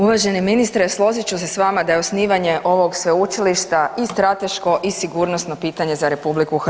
Uvaženi ministre složit ću se s vama da je osnivanje ovog sveučilišta i strateško i sigurnosno pitanje za RH.